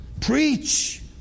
preach